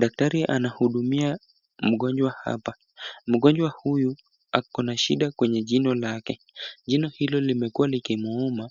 Daktari anahudumia mgonjwa hapa. Mgonjwa huyu akona shida kwenye jino lake. Jino hilo limekuwa likimuuma